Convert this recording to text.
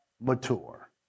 Mature